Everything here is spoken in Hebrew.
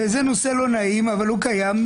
וזה נושא לא נעים, אבל הוא קיים.